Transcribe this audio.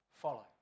Follow